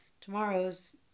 tomorrow's